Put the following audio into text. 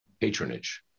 Patronage